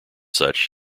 such